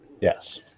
Yes